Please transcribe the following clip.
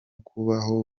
kubaho